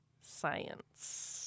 science